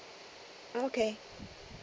okay